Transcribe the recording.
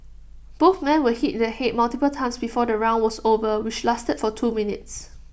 both men were hit the Head multiple times before the round was over which lasted for two minutes